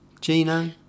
Gino